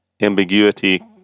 ambiguity